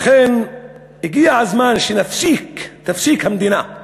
לכן הגיע הזמן שהמדינה,